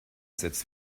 setzte